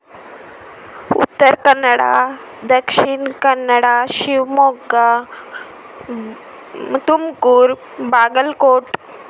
Uttara Kannada Dakshin Kannada Shivamogga Tumkur Bagalkote